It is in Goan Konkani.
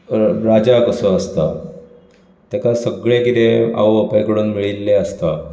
राजा कसो आसता तेकां सगळें कितें आवय बापाय कडून मेळिल्लें आसता